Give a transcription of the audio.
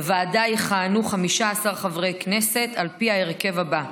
בוועדה יכהנו 15 חברי כנסת על פי ההרכב הזה: